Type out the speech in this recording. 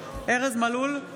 ארז מלול,